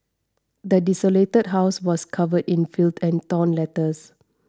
the desolated house was covered in filth and torn letters